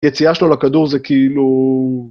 יציאה שלו לכדור זה כאילו...